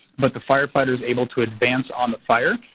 but the firefighter is able to advance on the fire.